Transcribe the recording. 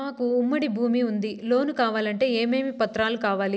మాకు ఉమ్మడి భూమి ఉంది లోను కావాలంటే ఏమేమి పత్రాలు కావాలి?